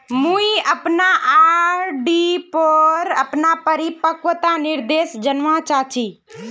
मुई अपना आर.डी पोर अपना परिपक्वता निर्देश जानवा चहची